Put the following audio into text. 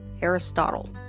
Aristotle